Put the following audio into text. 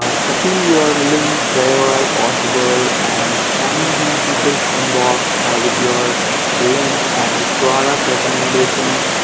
ah stuffing your links wherever possible and spamming the peoples inbox with your links and the product recommendations,